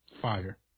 fire